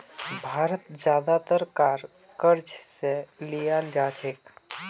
भारत ज्यादातर कार क़र्ज़ स लीयाल जा छेक